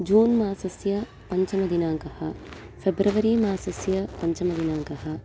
जून् मासस्य पञ्चमदिनाङ्कः फ़ेब्रवरी मासस्य पञ्चमदिनाङ्कः